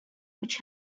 which